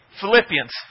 Philippians